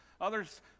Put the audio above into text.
Others